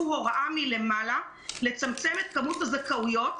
הוראה מלמעלה לצמצם את כמות הזכאויות.